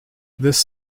this